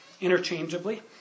interchangeably